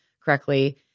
correctly